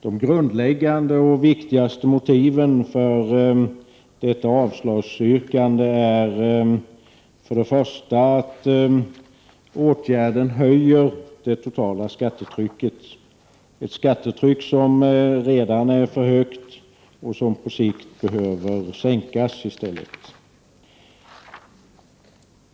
Det grundläggande och viktigaste motivet för detta avslagsyrkande är att ett genomförande av förslaget skulle innebära höjning av det totala skattetrycket, ett skattetryck som redan är för högt och som på sikt behöver sänkas i stället.